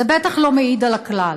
זה בטח לא מעיד על הכלל.